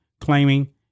claiming